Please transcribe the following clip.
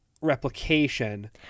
replication